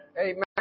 Amen